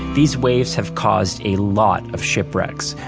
these waves have caused a lot of shipwrecks,